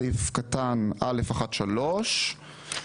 סעיף 2(א1)(3):